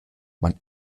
man